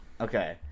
okay